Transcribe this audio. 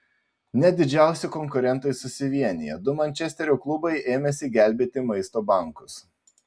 net didžiausi konkurentai susivienija du mančesterio klubai ėmėsi gelbėti maisto bankus